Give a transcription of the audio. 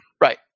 Right